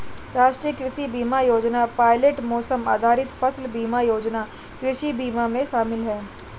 राष्ट्रीय कृषि बीमा योजना पायलट मौसम आधारित फसल बीमा योजना कृषि बीमा में शामिल है